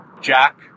jack